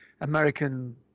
American